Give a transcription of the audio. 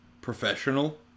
professional